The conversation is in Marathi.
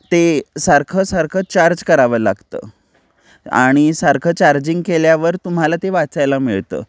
ते सारखंसारखं चार्ज करावं लागतं आणि सारखं चार्जिंग केल्यावर तुम्हाला ते वाचायला मिळतं